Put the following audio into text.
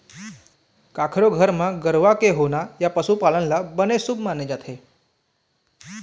कखरो घर म गरूवा के होना या पशु पालन ल बने शुभ माने जाथे